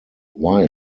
why